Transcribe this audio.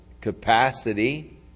capacity